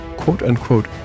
quote-unquote